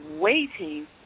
waiting